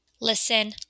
listen